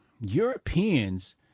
Europeans